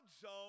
zone